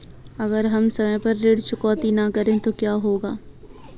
अगर हम समय पर ऋण चुकौती न करें तो क्या होगा?